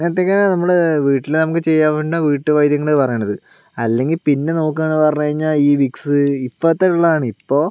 ഇങ്ങനത്തെ ഒക്കെയാണ് നമ്മൾ വീട്ടിൽ നമുക്ക് ചെയ്യാൻ പറ്റുന്ന വീട്ടു വൈദ്യങ്ങൾ എന്ന് പറയണത് അല്ലെങ്കിൽ പിന്നെ നോക്കുക എന്ന് പറഞ്ഞു കഴിഞ്ഞാൽ ഈ വിക്സ് ഇപ്പോഴത്തെ ഉള്ളതാണ് ഇപ്പോൾ